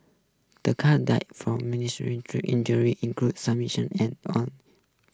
the cat died from ministry injury include some mission and on